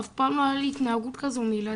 אף פעם לא היה לי התנהגות כזו מילדים,